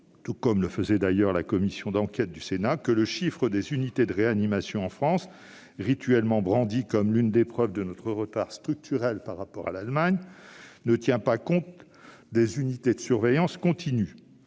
tout comme le faisait d'ailleurs la commission d'enquête du Sénat, que le chiffre des unités de réanimation en France, rituellement brandi comme l'une des preuves de notre retard structurel par rapport à l'Allemagne, ne tient pas compte des unités de surveillance continue.